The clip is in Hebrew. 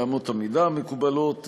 לאמות המידה המקובלות,